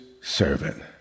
servant